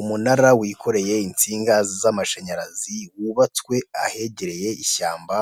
Umunara wikoreye insinga z'amashanyarazi wubatswe ahegereye ishyamba